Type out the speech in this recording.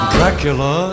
Dracula